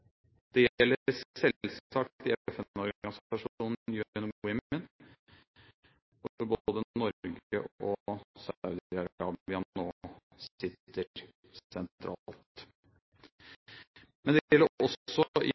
Det gjelder selvsagt i FN-organisasjonen UN Women, hvor både Norge og Saudi-Arabia nå sitter sentralt. Men det gjelder også i